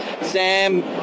Sam